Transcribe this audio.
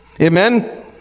amen